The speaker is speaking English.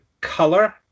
color